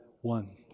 One